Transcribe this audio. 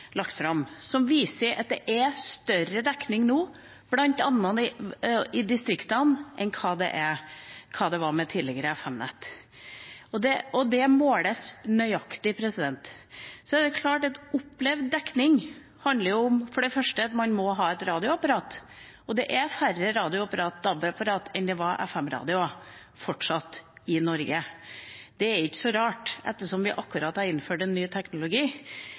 som viser at det er større dekning nå, bl.a. i distriktene, enn hva det var med det tidligere FM-nettet. Det måles nøyaktig. Det er klart at opplevd dekning for det første handler om at man må ha et radioapparat. Det er fortsatt færre DAB-apparater enn det var FM-radioer i Norge. Det er ikke så rart ettersom vi akkurat har innført en ny teknologi.